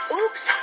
Oops